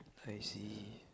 I see